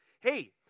Hey